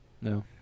No